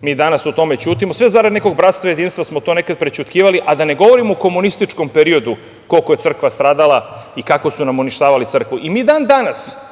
Mi danas o tome ćutimo. Sve zarad nekog bratstva i jedinstva smo to nekad prećutkivali, a da ne govorimo o komunističkom periodu koliko je crkva stradala i kako su nam uništavali crkvu. Mi i dan danas